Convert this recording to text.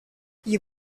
you